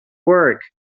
work